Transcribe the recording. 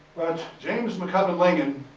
james mccubbin lincoln